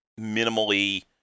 minimally